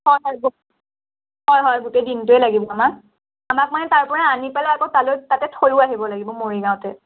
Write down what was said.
হয় হয় গোটেই দিনটোৱেই লাগিব আমাক আমাক মানে তাৰপৰা আনি পেলাই আকৌ তালৈ তাতে থৈয়ো আহিব লাগিব মৰিগাঁওতে